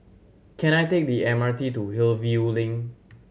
can I take the M R T to Hillview Link